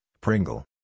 Pringle